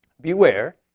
Beware